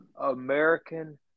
American